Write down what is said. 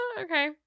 Okay